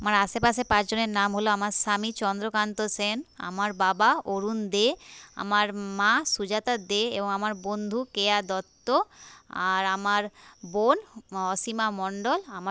আমার আশেপাশে পাঁচজনের নাম হলো আমার স্বামী চন্দ্রকান্ত সেন আমার বাবা অরুণ দে আমার মা সুজাতা দে এবং আমার বন্ধু কেয়া দত্ত আর আমার বোন অসীমা মণ্ডল আমা